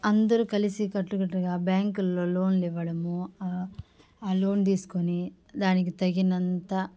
అందరు కలిసి కట్టుకట్టుగా బ్యాంకుల్లో లోన్లు ఇవ్వడము లోన్ తీసుకొని దానికి తగినంత